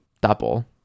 double